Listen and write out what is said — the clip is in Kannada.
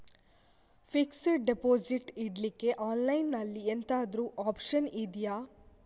ಫಿಕ್ಸೆಡ್ ಡೆಪೋಸಿಟ್ ಇಡ್ಲಿಕ್ಕೆ ಆನ್ಲೈನ್ ಅಲ್ಲಿ ಎಂತಾದ್ರೂ ಒಪ್ಶನ್ ಇದ್ಯಾ?